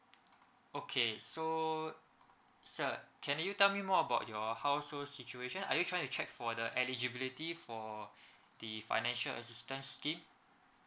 okay so sir can you tell me more about your household situation are you trying to check for the eligibility for the financial assistance scheme